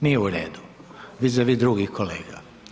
Nije u redu vis a vis drugih kolega.